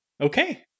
Okay